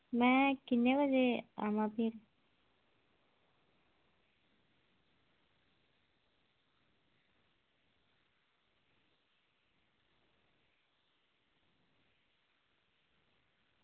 में किन्ने बजे आमां फिर